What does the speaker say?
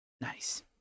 Nice